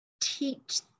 teach